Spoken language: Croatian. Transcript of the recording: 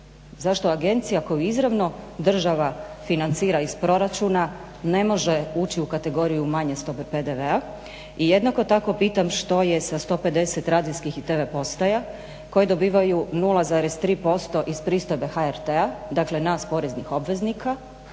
Zašto agencija koju izravno država financira iz proračuna ne može ući u kategoriju manje stope PDV-a? I jednako tako pitam što je sa 150 radijskih i tv postaja koje dobivaju 0,3% iz pristojbe HRT-a dakle nas poreznih obveznika?